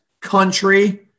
country